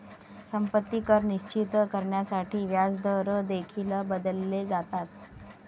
संपत्ती कर निश्चित करण्यासाठी व्याजदर देखील बदलले जातात